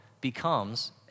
becomes